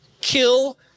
kill